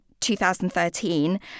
2013